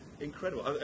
incredible